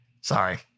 Sorry